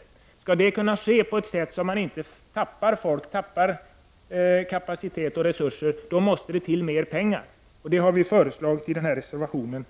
Om detta skall kunna ske på ett sätt som gör att man inte tappar människor, kapacitet och resurser, måste det till mer pengar. Vi föreslår i reservation